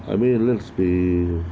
I mean alex spain